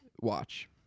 watch